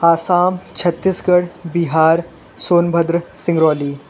Assam Chhattisgarh Bihar Sonbhadra Singrauli